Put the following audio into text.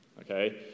okay